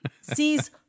Sees